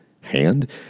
hand